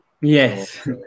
Yes